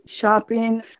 shopping